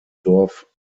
dorf